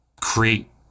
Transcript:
create